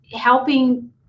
helping